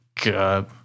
God